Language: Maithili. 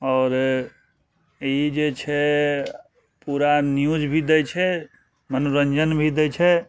आओर ई जे छै पूरा न्यूज भी दै छै मनोरञ्जन भी दै छै